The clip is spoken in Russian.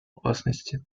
опасности